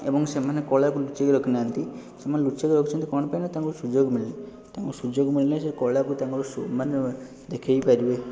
ଏବଂ ସେମାନେ କଳାକୁ ଲୁଚାଇ କି ରଖିନାହାଁନ୍ତି ସେମାନେ ଲୁଚାଇକି ରଖିଛନ୍ତି କ'ଣ ପାଇଁ ନା ତାଙ୍କୁ ସୁଯୋଗ ମିଳିନି ତାଙ୍କୁ ସୁଯୋଗ ମିଳିଲେ ସେ କଳାକୁ ତାଙ୍କର ସୁ ମାନେ ଦେଖାଇ ପାରିବେ